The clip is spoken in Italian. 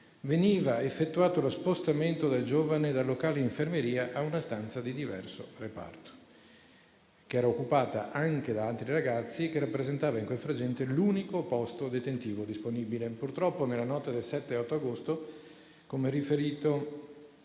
veniva effettuato lo spostamento del giovane dal locale infermeria a una stanza di diverso reparto, che era occupata anche da altri ragazzi e che rappresentava, in quel frangente, l'unico posto detentivo disponibile. Purtroppo, nella notte tra il 7 e l'8 agosto, per come riferito